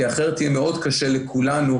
כי אחרת יהיה מאוד קשה לכולנו.